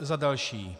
Za další.